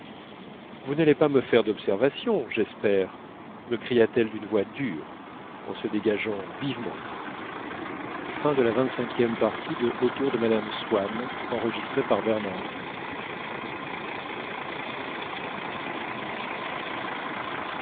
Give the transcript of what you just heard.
vous n'allez pas me faire d'observations j'espère me cria-t-elle d'une voix dure et en se dégageant vivement